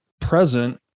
present